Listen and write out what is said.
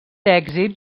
èxit